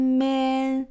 man